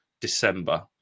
December